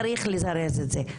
צריך לזרז את זה,